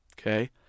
Okay